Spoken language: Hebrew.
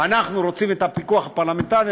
אנחנו רוצים את הפיקוח הפרלמנטרי.